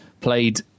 played